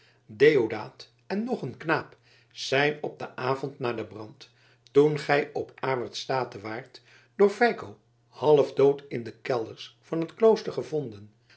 deodaat en nog een knaap zijn op den avond na den brand toen gij op awert state waart door feiko halfdood in de kelders van het klooster